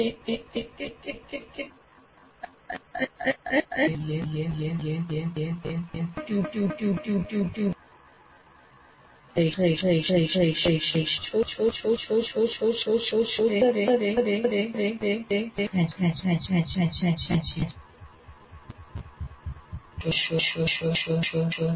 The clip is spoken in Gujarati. જો આપ ઈચ્છો છો કે વિદ્યાર્થી જ્ઞાનને સંમિલ્લિત કરે તો ધીમે ધીમે કોચિંગ પાછું ખેંચી લેવું જોઈએ આ વાંચતી વખતે આપ મલકાતાં હશો આ બધા માટે સમય ક્યાં છે હું મારા વર્ગના 60 વિદ્યાર્થીઓને કેવી રીતે સંભાળી શકું અને વર્ગખંડમાં દરેક વિદ્યાર્થીની જરૂરીયાતોને પૂર્ણ કરવા માટે મારી પાસે ક્યાં સમય છે